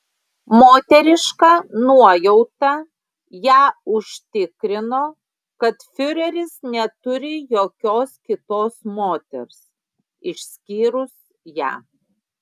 moteriška nuojauta ją užtikrino kad fiureris neturi jokios kitos moters išskyrus ją